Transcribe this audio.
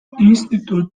institute